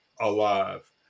alive